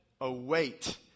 await